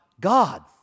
God